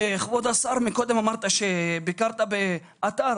כבוד השר, קודם לכן אמרת שביקרת באתר.